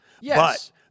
Yes